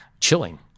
Chilling